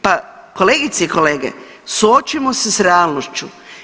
Pa kolegice i kolege, suočimo se s realnošću.